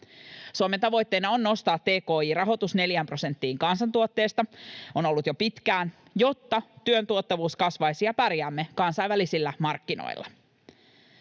jo pitkään — nostaa tki-rahoitus 4 prosenttiin kansantuotteesta, jotta työn tuottavuus kasvaisi ja pärjäämme kansainvälisillä markkinoilla.